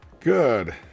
Good